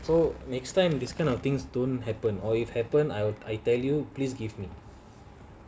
so next time these kind of things don't happen or if happen I'll I tell you please give me